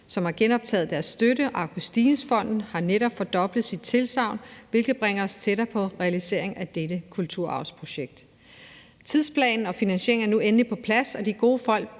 som har genoptaget deres støtte, og Augustinus Fonden har netop fordoblet sit tilsagn, hvilket bringer os tættere på realisering af dette kulturarvsprojekt. Tidsplanen og finansieringen er nu endelig på plads, og de gode folk